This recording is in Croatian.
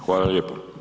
Hvala lijepo.